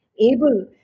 able